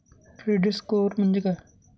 Credit score म्हणजे काय?